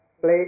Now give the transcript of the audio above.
play